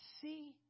see